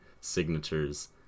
signatures